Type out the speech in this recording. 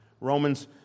Romans